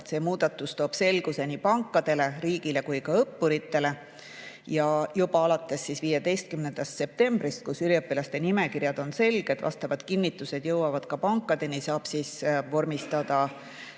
See muudatus toob selguse nii pankadele, riigile kui ka õppuritele. Juba alates 15. septembrist, kui üliõpilaste nimekirjad on selged ja vastavad kinnitused jõuavad ka pankadeni, saab sisseastuja vormistada